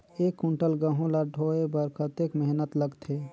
एक कुंटल गहूं ला ढोए बर कतेक मेहनत लगथे?